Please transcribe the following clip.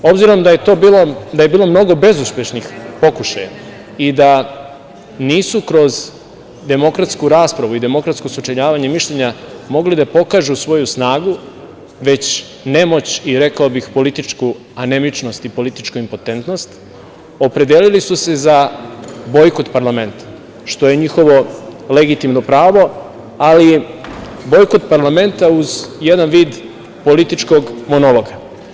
Obzirom da je bilo mnogo bezuspešnih pokušaja i da nisu kroz demokratsku raspravu i demokratsko sučeljavanje mišljenja mogli da pokažu svoju snagu već nemoć i rekao bih, političku anemičnost i političku impotentnost, opredelili su se za bojkot parlamenta, što je njihovo legitimno pravo, ali bojkot parlamenta uz jedan vid političkog monologa.